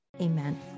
Amen